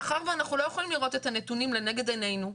מאחר ואנחנו לא יכולים לראות את הנתונים לנגד עינינו,